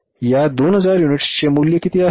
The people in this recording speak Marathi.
या 2000 युनिट्सचे मूल्य किती आहे